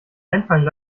einfallen